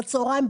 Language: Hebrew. בצוהריים,